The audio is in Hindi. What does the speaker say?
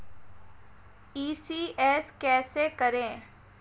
ई.सी.एस कैसे करें?